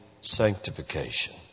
sanctification